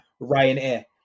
Ryanair